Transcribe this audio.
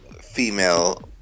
female